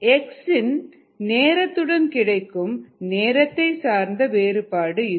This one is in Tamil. எக்ஸின் நேரத்துடன் கிடைக்கும் நேரத்தை சார்ந்த வேறுபாடு இது